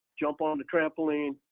jump on the trampoline.